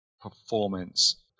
performance